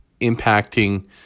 impacting